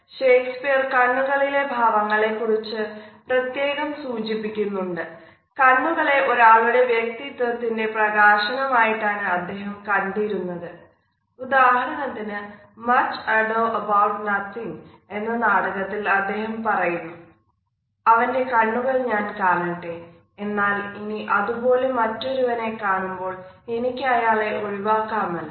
Shakespeare കണ്ണുകളിലെ ഭാവങ്ങളെ കുറിച്ച് പ്രത്യേകംഉദാഹരണത്തിന് മച്ച് അഡോ എബൌട്ട് നത്തിങ് എന്ന നാടകത്തിൽ അദ്ദേഹം പറയുന്നു "അവൻറെ കണ്ണുകൾ ഞാൻ കാണട്ടെ എന്നാൽ ഇനി അതുപോലെ മറ്റൊരുവനെ കാണുമ്പോൾ എനിക്ക് അയാളെ ഒഴിവാക്കാമല്ലോ